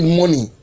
money